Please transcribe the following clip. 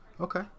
Okay